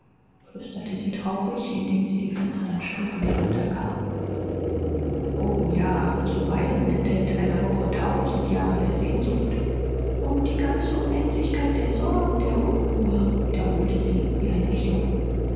flüsterte sie traurig indem sie die finstern stufen herunterkam o ja zuweilen enthält eine woche tausend jahre der sehnsucht und die ganze unendlichkeit der sorgen der unruhe wiederholte sie wie ein echo